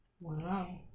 wow